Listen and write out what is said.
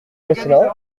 gosselin